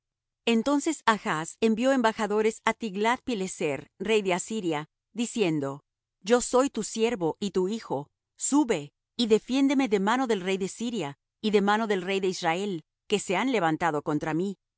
entonces achz envió embajadores á tiglath pileser rey de asiria diciendo yo soy tu siervo y tu hijo sube y defiéndeme de mano del rey de siria y de mano del rey de israel que se han levantado contra mí